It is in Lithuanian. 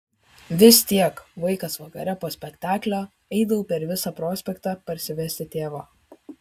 vis tiek vaikas vakare po spektaklio eidavau per visą prospektą parsivesti tėvo